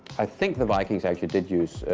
i think the vikings actually did use,